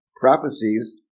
prophecies